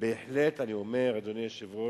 אני בהחלט אומר, אדוני היושב-ראש,